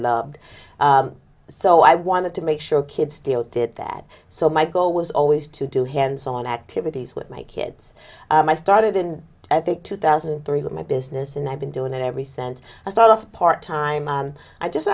loved so i wanted to make sure kids still did that so my goal was always to do hands on activities with my kids i started in i think two thousand and three with my business and i've been doing it every cent i start off part time and i just